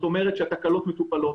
אנחנו צריכים לדעת שהתקלות מטופלות,